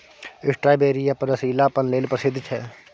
strawberry अपन रसीलापन लेल प्रसिद्ध छै